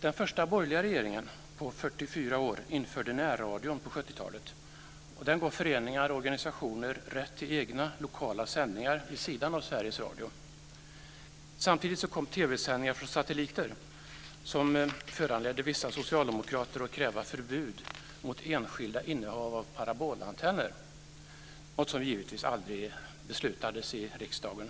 Den första borgerliga regeringen på 44 år införde närradion på 70-talet. Den gav föreningar och organisationer rätt till egna, lokala sändningar vid sidan av Samtidigt kom TV-sändningar från satelliter. Det föranledde vissa socialdemokrater att kräva förbud mot enskilda innehav av parabolantenner, något som givetvis aldrig beslutades i riksdagen.